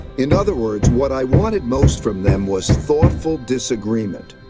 in other words, what i wanted most from them was thoughtful disagreement.